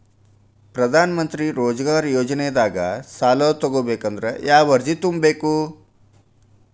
ಪ್ರಧಾನಮಂತ್ರಿ ರೋಜಗಾರ್ ಯೋಜನೆದಾಗ ಸಾಲ ತೊಗೋಬೇಕಂದ್ರ ಯಾವ ಅರ್ಜಿ ತುಂಬೇಕು?